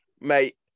Mate